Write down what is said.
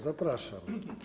Zapraszam.